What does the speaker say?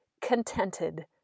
contented